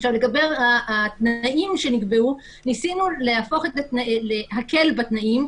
עכשיו, לגבי התנאים שנקבעו, ניסינו להקל בתנאים.